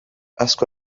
asko